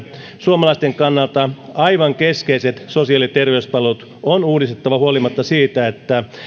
suomalaisten kannalta aivan keskeiset sosiaali ja terveyspalvelut on uudistettava huolimatta siitä että